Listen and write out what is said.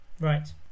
Right